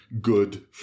good